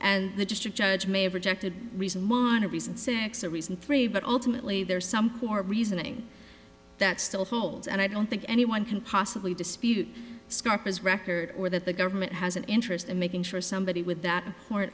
and the district judge may have rejected reasons monna reason six or reason three but ultimately there's some poor reasoning that still holds and i don't think anyone can possibly dispute scopus record or that the government has an interest in making sure somebody with that